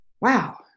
Wow